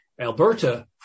Alberta